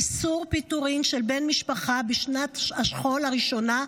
איסור פיטורים של בן משפחה בשנת השכול הראשונה),